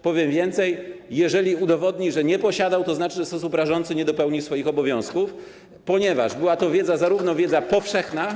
Powiem więcej: jeżeli udowodni, że nie posiadał, to znaczy, że w sposób rażący nie dopełnił swoich obowiązków, ponieważ była to już wówczas wiedza powszechna.